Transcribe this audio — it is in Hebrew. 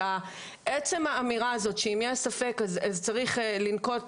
עצם האמירה הזאת שאם יש ספק אז צריך לנקוט